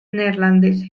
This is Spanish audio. neerlandeses